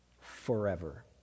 forever